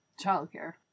childcare